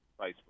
Facebook